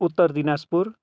Uttar Dinajpur